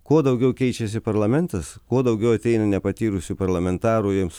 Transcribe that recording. kuo daugiau keičiasi parlamentas kuo daugiau ateina nepatyrusių parlamentarų jiems